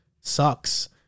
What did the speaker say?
sucks